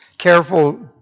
careful